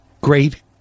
great